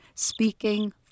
Speaking